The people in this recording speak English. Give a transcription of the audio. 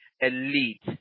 elite